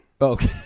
Okay